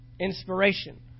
Inspiration